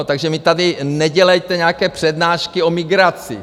Takže mi tady nedělejte nějaké přednášky o migraci.